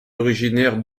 originaire